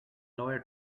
lawyer